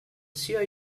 sia